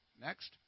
next